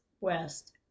West